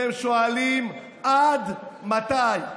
והם שואלים: עד מתי?